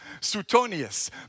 Suetonius